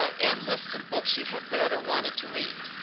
and lists of books she had read or wanted to read.